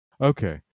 Okay